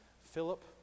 Philip